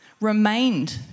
remained